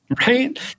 Right